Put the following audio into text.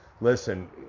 listen